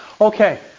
Okay